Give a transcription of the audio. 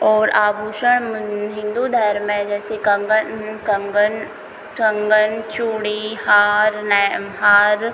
और आभूषण हिन्दू धर्म में जैसे कंगन कंगन कंगन चूड़ी हार नए हार